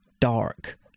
dark